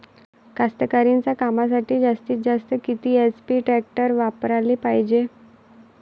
कास्तकारीच्या कामासाठी जास्तीत जास्त किती एच.पी टॅक्टर वापराले पायजे?